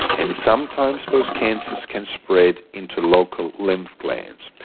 and sometimes those cancers can spread into local lymph glands.